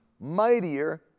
mightier